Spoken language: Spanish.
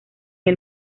los